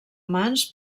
mans